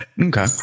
Okay